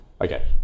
Okay